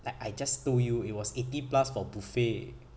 like I just told you it was eighty plus for buffet